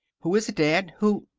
who is it, dad? who?